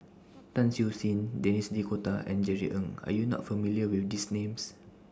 Tan Siew Sin Denis D'Cotta and Jerry Ng Are YOU not familiar with These Names